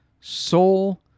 soul